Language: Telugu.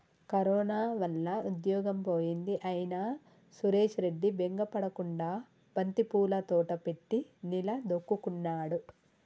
కరోనా వల్ల ఉద్యోగం పోయింది అయినా సురేష్ రెడ్డి బెంగ పడకుండా బంతిపూల తోట పెట్టి నిలదొక్కుకున్నాడు